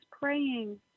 praying